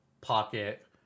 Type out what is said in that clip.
Pocket